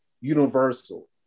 universal